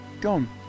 gone